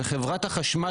וחברת החשמל